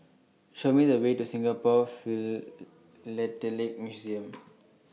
Show Me The Way to Singapore Philatelic Museum